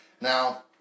Now